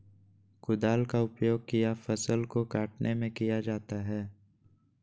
कुदाल का उपयोग किया फसल को कटने में किया जाता हैं?